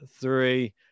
three